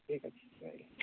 ଠିକ୍ ଅଛି ରହିଲି